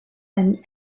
and